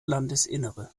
landesinnere